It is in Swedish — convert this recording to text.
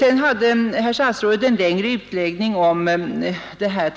Herr statsrådet gjorde en längre utläggning om